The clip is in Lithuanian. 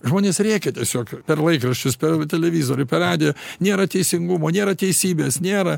žmonės rėkia tiesiog per laikraščius per televizorių per radiją nėra teisingumo nėra teisybės nėra